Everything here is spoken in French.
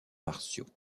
martiaux